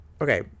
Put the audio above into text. Okay